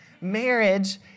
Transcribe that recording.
Marriage